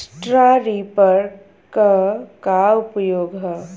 Straw reaper क का उपयोग ह?